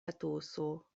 etoso